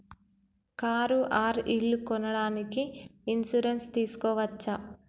Car or ఇల్లు కొనడానికి insurance తీస్కోవచ్చా?